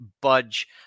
budge